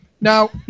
Now